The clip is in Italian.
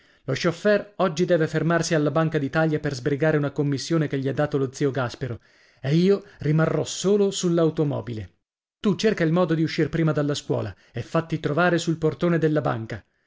lo scioffèr oggi deve fermarsi alla banca d'italia per sbrigare una commissione che gli ha dato lo zio gaspero e io rimarrò solo sull'automobile tu cerca il modo di uscir prima dalla scuola e fatti trovare sul portone della banca